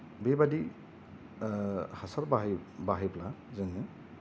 बेबादि हासार बाहाय बाहायब्ला जोङो